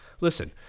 listen